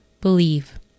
believe